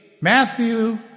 Matthew